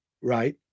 right